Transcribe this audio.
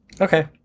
Okay